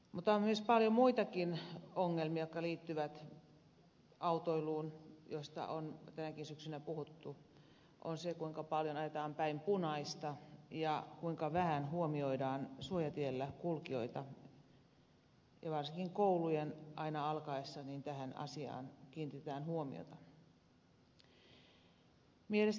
mutta on myös paljon muitakin ongelmia jotka liittyvät autoiluun ja joista on tänäkin syksynä puhuttu esimerkiksi se kuinka paljon ajetaan päin punaista ja kuinka vähän huomioidaan suojatiellä kulkijoita ja varsinkin aina koulujen alkaessa tähän asiaan kiinnitetään huomiota